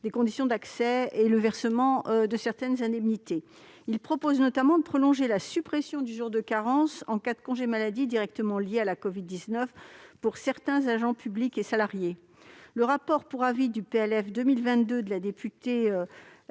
des conditions d'accès aux soins et le versement de certaines indemnités. Il prévoit notamment de prolonger la suppression du jour de carence en cas de congé maladie directement lié à la covid-19, pour certains agents publics et salariés. Le rapport pour avis sur le projet de loi de